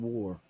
War